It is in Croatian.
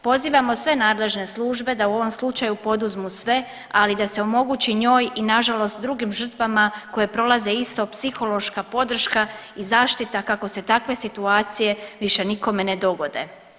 Pozivamo sve nadležne službe da u ovom slučaju poduzmu sve, ali da se omogući njoj i nažalost drugim žrtvama koje prolaze isto psihološka podrška i zaštita kako se takve situacije više nikome ne dogode.